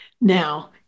Now